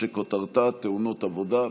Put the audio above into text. שכותרתה: תאונות עבודה.